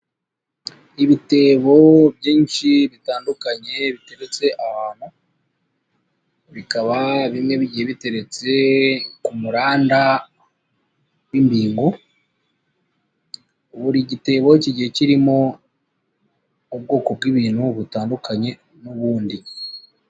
Ibitebo byinshi bitandukanye biterutse ahantu, bikaba bite ku muranda w'imbingo, buri gitebo kigiye kirimo ubwoko bw'ibintu butandukanye n'ubundi